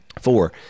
Four